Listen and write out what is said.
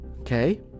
Okay